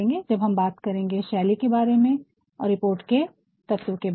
जब हम बात करेंगे शैली के बारे में और रिपोर्ट के तत्व के बारे में